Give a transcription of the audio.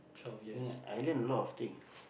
ya I learn a lot of things